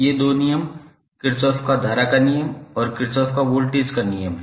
ये दो नियम किरचॉफ का धारा नियम और किरचॉफ का वोल्टेज नियम हैं